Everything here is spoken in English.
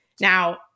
Now